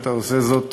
שאתה עושה זאת